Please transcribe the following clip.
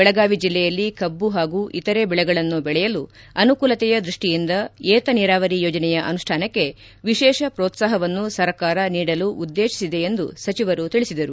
ಬೆಳಗಾವಿ ಜಿಲ್ಲೆಯಲ್ಲಿ ಕಬ್ಬು ಹಾಗೂ ಇತರೆ ಬೆಳೆಗಳನ್ನು ಬೆಳೆಯಲು ಅನುಕೂಲತೆಯ ದೃಷ್ಟಿಯಿಂದ ಏತನೀರಾವರಿ ಯೋಜನೆಯ ಅನುಷ್ಠಾನಕ್ಕೆ ವಿಶೇಷ ಪ್ರೋತ್ಲಾಹವನ್ನು ಸರ್ಕಾರ ನೀಡಲು ಉದ್ದೇಶಿಸಿದೆ ಎಂದು ಸಚಿವರು ತಿಳಿಸಿದರು